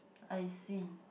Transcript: I see